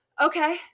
okay